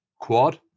quad